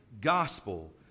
gospel